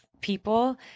people